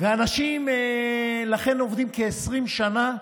ולכן אנשים עובדים כ-20 שנה,